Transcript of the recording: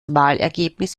wahlergebnis